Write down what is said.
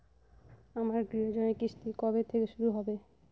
আমার গৃহঋণের কিস্তি কবে থেকে শুরু হবে?